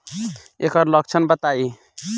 एकर लक्षण बताई?